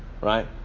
Right